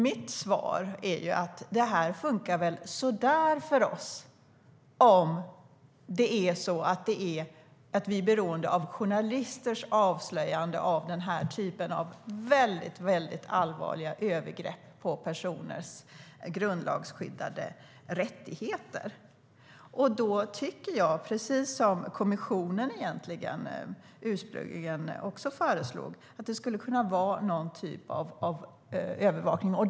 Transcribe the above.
Mitt svar är att det här funkar väl så där för oss om vi är beroende av journalisters avslöjande av den här typen av väldigt allvarliga övergrepp på personers grundlagsskyddade rättigheter. Då tycker jag, precis som kommissionen ursprungligen föreslog, att det skulle kunna vara någon typ av övervakning.